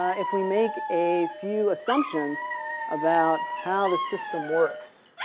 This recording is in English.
if we make a few assumptions about how the system works.